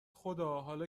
خدا، حالا